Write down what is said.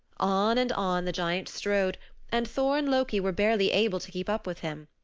on and on the giant strode and thor and loki were barely able to keep up with him.